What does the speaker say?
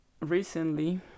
recently